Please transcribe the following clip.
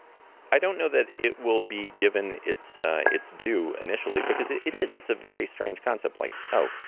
i don't know that it will be given its its due initially because it it is, it's a very strange concept. like oh,